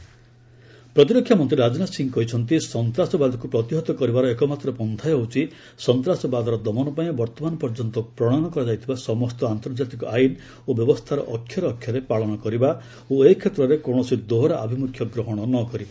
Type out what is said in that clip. Rajnath SCO ପ୍ରତିରକ୍ଷା ମନ୍ତ୍ରୀ ରାଜନାଥ ସିଂହ କହିଛନ୍ତି ସନ୍ତାସବାଦକୁ ପ୍ରତିହତ କରିବାର ଏକମାତ୍ର ପନ୍ତା ହେଉଛି ସନ୍ତାସବାଦର ଦମନ ପାଇଁ ବର୍ତ୍ତମାନ ପର୍ଯ୍ୟନ୍ତ ପ୍ରଣୟନ କରାଯାଇଥିବା ସମସ୍ତ ଆନ୍ତର୍କାତିକ ଆଇନ ଓ ବ୍ୟବସ୍ଥାର ଅକ୍ଷରେ ଅକ୍ଷରେ ପାଳନ କରିବା ଓ ଏକ୍ଷେତ୍ରରେ କୌଣସି ଦୋହରା ଆଭିମୁଖ୍ୟ ଗ୍ରହଣ ନ କରିବା